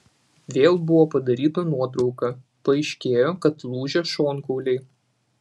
vėl buvo padaryta nuotrauka paaiškėjo kad lūžę šonkauliai